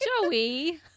Joey